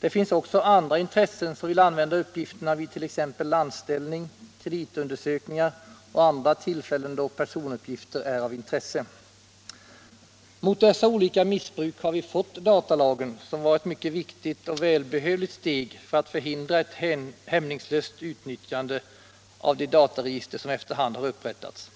Det finns också andra intressen som vill använda uppgifterna vid t.ex. anställning, kreditundersökningar och andra tillfällen då personuppgifter är av intresse. ; Mot dessa olika missbruk har vi fått datalagen, som var ett mycket viktigt och välbehövligt steg för att förhindra ett hämningslöst utnyttjande av de dataregister som efter hand har upprättats.